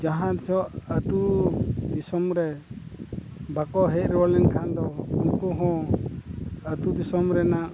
ᱡᱟᱦᱟᱸ ᱛᱤᱥᱚᱜ ᱟᱛᱳ ᱫᱤᱥᱚᱢ ᱨᱮ ᱵᱟᱠᱚ ᱦᱮᱡ ᱨᱩᱣᱟᱹᱲ ᱞᱮᱱᱠᱷᱟᱱ ᱫᱚ ᱩᱱᱠᱩ ᱦᱚᱸ ᱟᱛᱳ ᱫᱤᱥᱚᱢ ᱨᱮᱱᱟᱜ